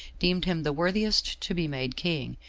deemed him the worthiest to be made king,